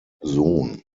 sohn